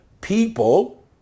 people